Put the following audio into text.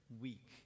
Week